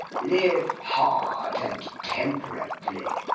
live hard and temperately,